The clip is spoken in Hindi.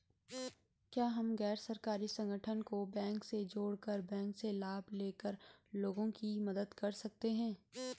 क्या हम गैर सरकारी संगठन को बैंक से जोड़ कर बैंक से लाभ ले कर लोगों की मदद कर सकते हैं?